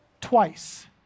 twice